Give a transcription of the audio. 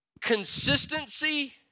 consistency